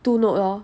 two note lor